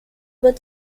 but